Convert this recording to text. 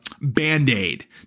Band-Aid